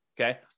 okay